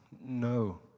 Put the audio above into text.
No